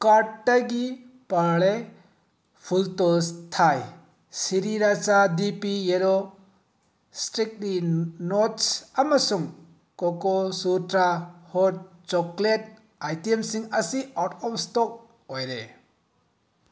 ꯀꯥꯔꯠꯇꯒꯤ ꯄꯥꯔꯂꯦ ꯐꯨꯜꯇꯣꯁ ꯊꯥꯏ ꯁꯤꯔꯤꯆꯔꯥ ꯗꯤ ꯄꯤ ꯌꯦꯜꯂꯣ ꯏꯁꯇꯤꯀꯤ ꯅꯣꯠꯁ ꯑꯃꯁꯨꯡ ꯀꯣꯀꯣꯁꯨꯇ꯭ꯔꯥ ꯍꯣꯠ ꯆꯣꯀꯣꯂꯦꯠ ꯑꯥꯏꯇꯦꯝꯁꯤꯡ ꯑꯁꯤ ꯑꯥꯎꯠ ꯑꯣꯐ ꯏꯁꯇꯣꯛ ꯑꯣꯏꯔꯦ